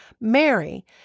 Mary